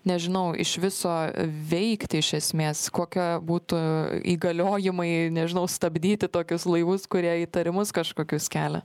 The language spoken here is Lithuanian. nežinau iš viso veikti iš esmės kokie būtų įgaliojimai nežinau stabdyti tokius laivus kurie įtarimus kažkokius kelia